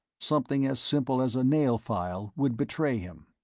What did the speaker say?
something as simple as a nail file, would betray him.